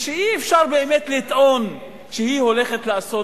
ושאי-אפשר באמת לטעון שהיא הולכת לעשות